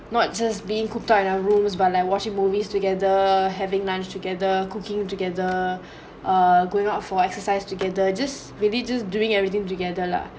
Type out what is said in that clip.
not just being coop up in our rooms but like watching movies together having lunch together cooking together err going out for exercise together just really just doing everything together lah